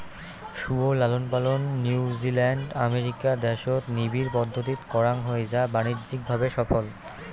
শুয়োর লালনপালন New Zealand, America দ্যাশত নিবিড় পদ্ধতিত করাং হই যা বাণিজ্যিক ভাবে সফল